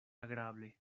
agrable